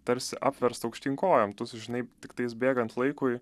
tarsi apversta aukštyn kojom tu sužinai tiktais bėgant laikui